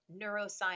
neuroscience